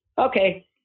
Okay